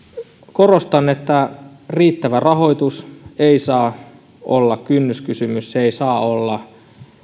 korostan että riittävä rahoitus ei saa olla kynnyskysymys se ei saa olla